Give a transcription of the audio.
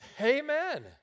Amen